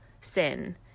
sin